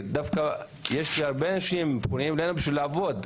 יש הרבה אנשים פנויים שפונים אליי ומחכים לעבוד,